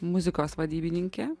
muzikos vadybininkė